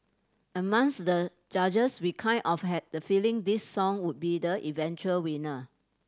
amongst the judges we kind of had the feeling this song would be the eventual winner